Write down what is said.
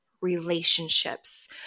relationships